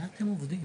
מה אתם עובדים?